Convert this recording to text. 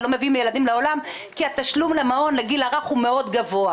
ולא מביאים ילדים לעולם כי התשלום למעון לגיל הרך הוא מאוד גבוה.